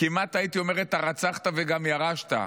כמעט הייתי אומר את הרצחת וגם ירשת: